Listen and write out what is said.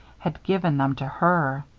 had given them to her.